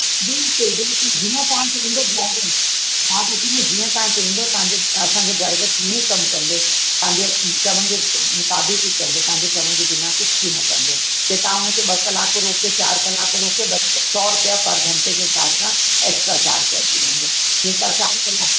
बिल्कुलु बिल्कुलु तव्हां जीअं तव्हां चवंदौ तीअं असांजो ड्राइवर तीअं ई कम कंदो तव्हां चवंदो काबू थी कंदो तव्हांजे चवण जे बिना कुछ ई न कंदो जीअं तव्हां उनखे ॿ कलाक रोके चारि कलाक रोके सौ रुपए जा पर घंटे जे हिसाब सां एक्स्ट्रा चार्ज लॻी वेंदो जेका चार्ज कंदा